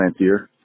Plantier